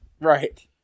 right